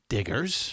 Diggers